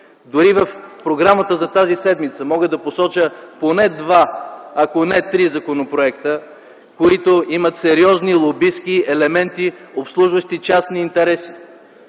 Дори и в програмата за тази седмица мога да посоча поне два, ако не три законопроекта, които имат сериозни лобистки елементи, обслужващи частни интереси